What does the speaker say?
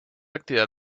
actividad